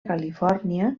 califòrnia